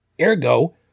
Ergo